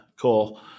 Cool